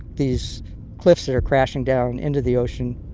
these cliffs that are crashing down into the ocean,